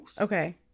Okay